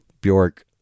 Bjork